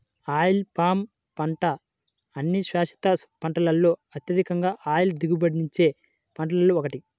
oil palm పంట అన్ని శాశ్వత పంటలలో అత్యధిక ఆయిల్ దిగుబడినిచ్చే పంటలలో ఒకటి